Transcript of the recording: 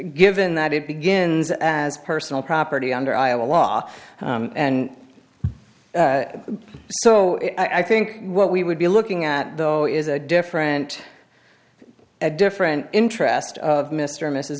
given that it begins as personal property under iowa law and so i think what we would be looking at though is a different a different interest of mr or mrs